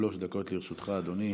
שלוש דקות לרשותך, אדוני.